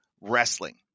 wrestling